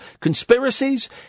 conspiracies